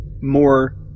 more